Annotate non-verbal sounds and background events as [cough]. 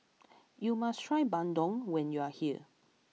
[noise] you must try Bandung when you are here